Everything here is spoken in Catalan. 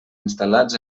instal·lats